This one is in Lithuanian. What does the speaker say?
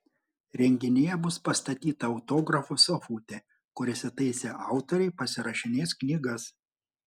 renginyje bus pastatyta autografų sofutė kur įsitaisę autoriai pasirašinės knygas